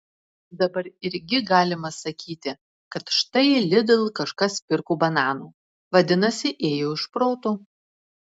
dabar irgi galima sakyti kad štai lidl kažkas pirko bananų vadinasi ėjo iš proto